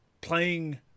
playing